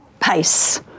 pace